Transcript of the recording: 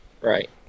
Right